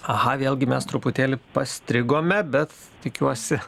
aha vėlgi mes truputėlį strigome bet tikiuosi